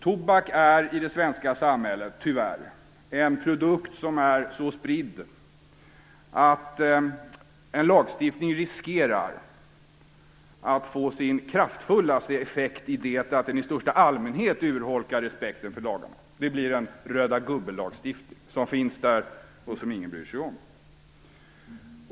Tobak är i det svenska samhället tyvärr en produkt som är så spridd att en lagstiftning riskerar att få sin kraftfullaste effekt i det att den i största allmänhet urholkar respekten för lagarna. Det blir en röd-gubbelagstiftning, som finns där, men som ingen bryr sig om.